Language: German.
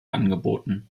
angeboten